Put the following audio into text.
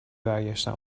برگشتم